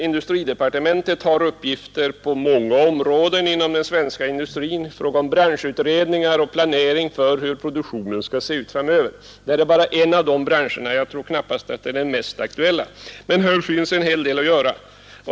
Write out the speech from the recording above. Industridepartementet har, när det gäller många branscher inom den svenska industrin, uppgifter som avser planeringen för produktionens inriktning framöver. Detta är endast en av de branscherna, och jag tror knappast att det är den mest aktuella. Men här finns en hel del att göra.